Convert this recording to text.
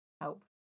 help